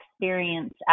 experience